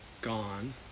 gone